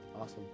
Awesome